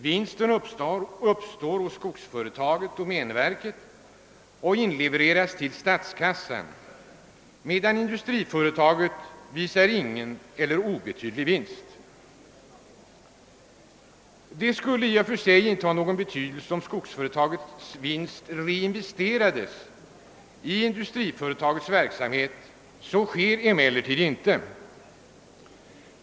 Vinsten uppstår hos skogsföretaget—domänverket och inlevereras till statskassan, medan industriföretaget visar ingen eller obetydlig vinst. Detta skulle i och för sig inte ha någon betydelse, om skogsföretagets vinst reinvesterades i företagets verksamhet. Så sker emellertid inte.